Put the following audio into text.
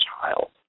child